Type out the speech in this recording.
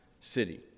City